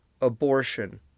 abortion